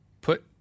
put